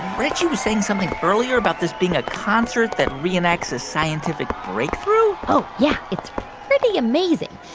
reggie was saying something earlier about this being a concert that re-enacts a scientific breakthrough? oh, yeah. it's pretty amazing.